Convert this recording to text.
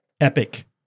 epic